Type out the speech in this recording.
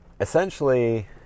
Essentially